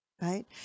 right